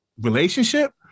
relationship